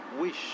wish